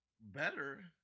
Better